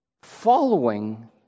following